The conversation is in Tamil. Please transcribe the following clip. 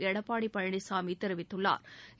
எடப்பாடி பழனிசாமி தெரிவித்துள்ளா்